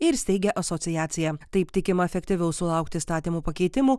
ir steigia asociaciją taip tikima efektyviau sulaukti įstatymų pakeitimų